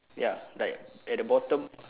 ya like at the bottom